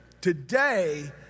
today